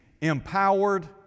empowered